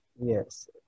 Yes